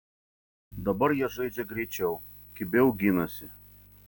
dabar jie žaidžia greičiau kibiau ginasi